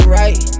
right